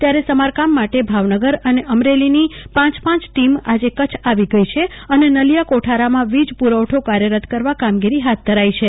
ત્યારે સ મારકામ માટે ભાવનગર અને અમરેલીની પાંચ પાંચ ટોમ આજે કચ્છ આવી જશે અને નલિયા કોઠાર ામાં વીજ પુરવઠો કાર્યરત કરવા કામગીરી હાથ ધરાશે